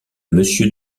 monsieur